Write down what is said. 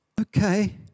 okay